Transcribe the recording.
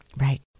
Right